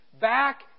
back